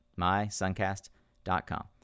mysuncast.com